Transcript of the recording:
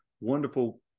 wonderful